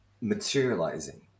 materializing